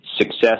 success